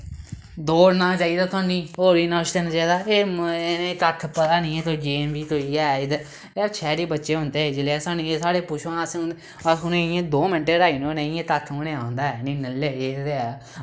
दौड़ना चाहिदा सानू होर बी करना चाहिदा एह् मोए इ'नें कक्ख पता नी ऐ कोई गेम बी कोई ऐ इद्धर एह् शैह्री बच्चे होंदे जेल्लै सानू साढ़े पुच्छो हां अस उ'नें अस उ'नें इ'यां दो मिंट्टें च र्हाई ओड़ने होन्ने इ'यां कक्ख उ'नेंगी औंदा ऐ नी नल्ले जेह् ते ऐ